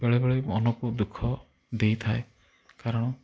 ବେଳେବେଳେ ମନକୁ ଦୁଃଖ ଦେଇଥାଏ କାରଣ